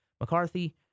McCarthy